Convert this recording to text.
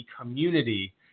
community